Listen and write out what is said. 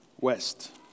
West